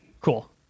Cool